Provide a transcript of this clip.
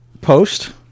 post